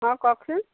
অঁ কওকচোন